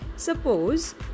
Suppose